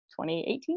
2018